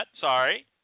Sorry